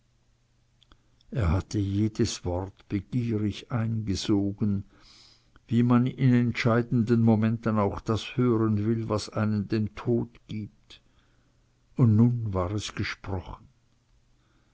er hatte jedes wort begierig eingesogen wie man in entscheidenden momenten auch das hören will was einem den tod gibt und nun war es gesprochen